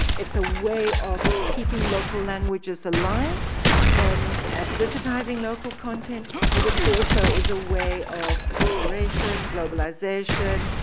it's a way of keeping local languages alive and digitizing local content, but it also is a way of acculturation, globalization,